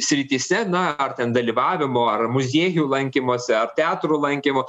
srityse na ar ten dalyvavimo ar muziejų lankymuose ar teatrų lankymu